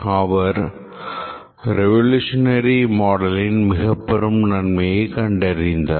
அவர் revolutionary model இன் மிகப் பெரும் நன்மையை கண்டறிந்தார்